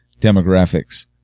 demographics